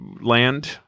land